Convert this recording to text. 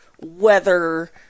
weather